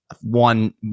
one